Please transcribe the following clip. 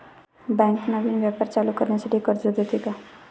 Bank नवीन व्यापार चालू करण्यासाठी कर्ज देते का?